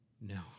No